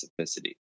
specificity